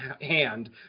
hand